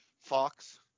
fox